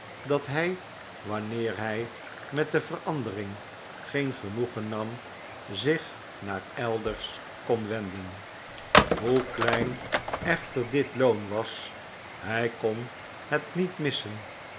dat htj wanneer hij met de verandering geen genoegen nam zich naar elders icon wenden hoe klein echter dit loon was hij kon het niet missen